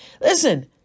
Listen